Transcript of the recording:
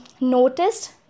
noticed